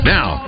Now